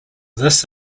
this